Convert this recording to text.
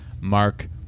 Mark